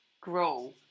grow